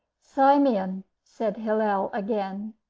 simeon, said hillel again.